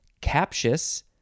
captious